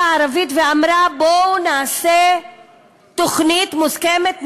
הערבית ואמרה: בואו נעשה תוכנית מוסכמת.